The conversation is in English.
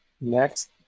next